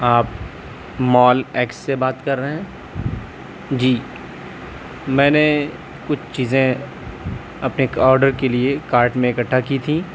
آپ Mall X سے بات کر رہے ہیں جی میں نے کچھ چیزیں اپنے ایک آڈر کے لیے کارٹ میں اکٹھا کی تھیں